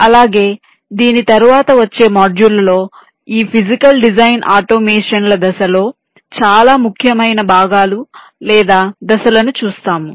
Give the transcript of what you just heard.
అలాగే దీని తరువాత వచ్చే మాడ్యూళ్ళలో ఈ ఫిజికల్ డిజైన్ ఆటోమేషన్ల దశలో చాలా ముఖ్యమైన భాగాలు లేదా దశలను చూస్తాము